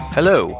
Hello